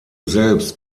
selbst